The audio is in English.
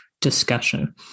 discussion